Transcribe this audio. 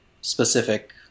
specific